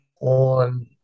on